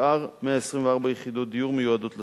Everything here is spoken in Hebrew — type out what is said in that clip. שאר 124 יחידות דיור מיועדות לצבא,